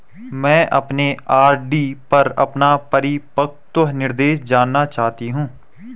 मैं अपने आर.डी पर अपना परिपक्वता निर्देश जानना चाहती हूँ